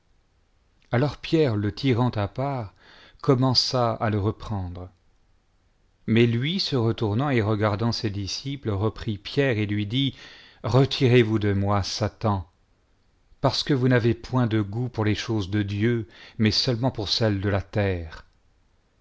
alors pierre le tirant à part commença à le reprendre mais lui se retournant et regardant ses disciples reprit pierre et lui dit retirezvous de moi satan parce que vous n'avez point de goiit pour les choses de dieu mais seulement pour celles de la terre